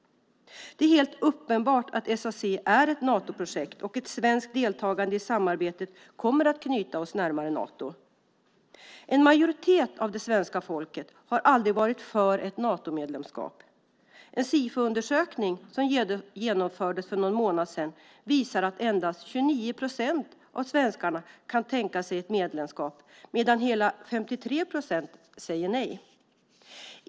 Det är helt uppenbart att SAC är ett Natoprojekt, och ett svenskt deltagande i samarbetet kommer att knyta oss närmare Nato. En majoritet av det svenska folket har aldrig varit för ett Natomedlemskap. En Sifoundersökning som genomfördes för någon månad sedan visar att endast 29 procent av svenskarna kan tänka sig ett medlemskap, medan hela 53 procent säger nej.